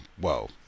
whoa